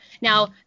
Now